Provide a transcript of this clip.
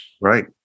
Right